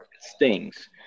stings